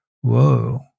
Whoa